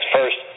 First